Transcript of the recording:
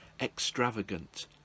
extravagant